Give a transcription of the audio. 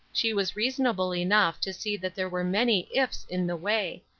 she was reasonable enough to see that there were many ifs in the way,